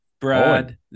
Brad